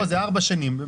זה ארבע שנים.